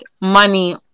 money